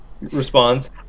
responds